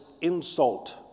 insult